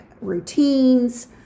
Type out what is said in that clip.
routines